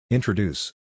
Introduce